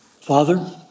Father